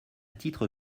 titre